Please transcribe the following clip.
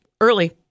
early